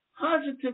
Positive